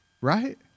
right